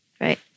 right